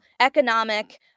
economic